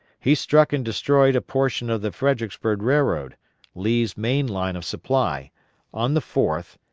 he struck and destroyed a portion of the fredericksburg railroad lee's main line of supply on the fourth,